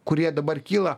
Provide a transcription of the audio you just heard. kurie dabar kyla